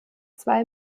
zwei